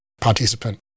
participant